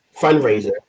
fundraiser